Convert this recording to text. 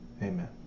amen